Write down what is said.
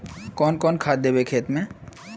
कौन कौन खाद देवे खेत में?